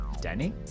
Denny